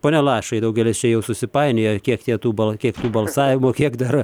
pone lašai daugelis čia jau susipainiojo kiek tie tų bal kiek tų balsavimų kiek dar